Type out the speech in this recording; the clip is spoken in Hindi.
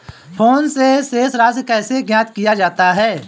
फोन से शेष राशि कैसे ज्ञात किया जाता है?